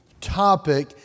topic